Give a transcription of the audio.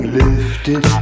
lifted